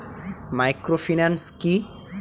Microfinance কি?